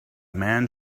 man